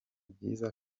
byiza